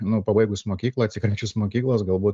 nu pabaigus mokyklą atsikračius mokyklos galbūt